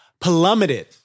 plummeted